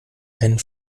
einen